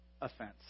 offense